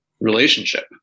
relationship